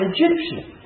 Egyptian